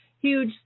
huge